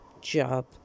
job